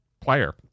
player